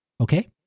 Okay